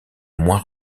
moins